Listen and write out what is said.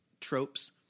tropes